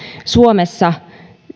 suomessa